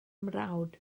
mrawd